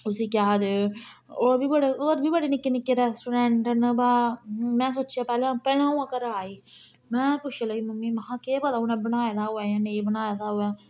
उसी केह आखदे होर बी बड़े होर बी बड़े निक्के निक्के रैस्टोरैंट न बा में सोचेआ पैह्ले पैह्ले आ'ऊं घरा आई में पुच्छन लगी मम्मी महां केह पता उनें बनाए दा होऐ कि नेईं बनाए दा होऐ